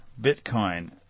Bitcoin